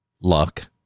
luck